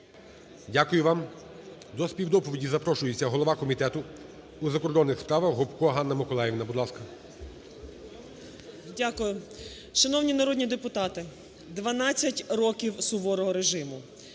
Дякую вам. До співдоповіді запрошується голова Комітету у закордонних справах Гопко Ганна Миколаївна. Будь ласка. 16:15:10 ГОПКО Г.М. Дякую. Шановні народні депутати, 12 років суворого режиму.